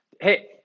Hey